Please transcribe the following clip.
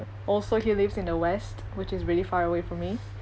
also he lives in the west which is really far away from me